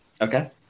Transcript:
okay